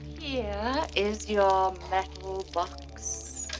here is your metal box,